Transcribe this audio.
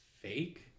fake